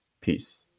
peace